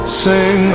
sing